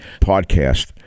podcast